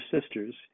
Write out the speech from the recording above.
sisters